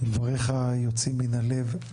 דבריך יוצאים מהלב,